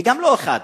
היא גם לא אחת.